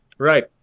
Right